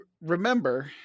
remember